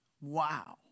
Wow